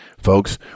Folks